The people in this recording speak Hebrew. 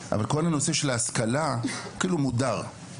כל הנושא של ההשכלה, כאילו מודר.